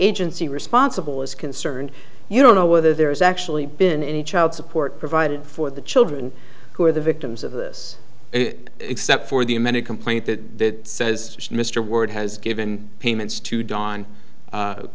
agency responsible is concerned you don't know whether there is actually been any child support provided for the children who are the victims of this except for the amended complaint that says mr ward has given payments to dawn